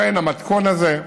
המתכון הזה,